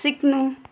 सिक्नु